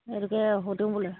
সেইটোকে সুধো বোলো